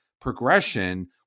progression